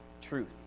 truth